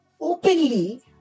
openly